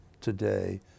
today